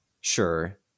Sure